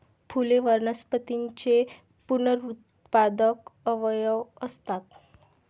फुले वनस्पतींचे पुनरुत्पादक अवयव असतात